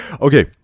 Okay